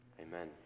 Amen